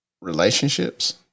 relationships